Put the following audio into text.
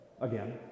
again